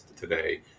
today